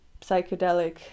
psychedelic